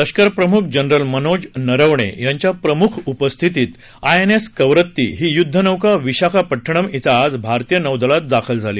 लष्कर प्रमुख जनरल मनोज नरवणे यांच्या प्रमुख उपस्थितीत आयएनएस कवरत्ती ही युद्धनौका विशाखापट्टणम इथं आज भारतीय नौदलात दाखल झाली